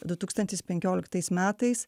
du tūkstantis penkioliktais metais